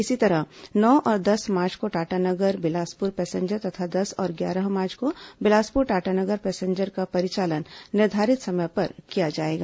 इसी तरह नौ और दस मार्च को टाटानगर बिलासपुर पैसेंजर तथा दस और ग्यारह मार्च को बिलासपुर टाटानगर पैसेंजर का परिचालन निर्धारित समय पर किया जाएगा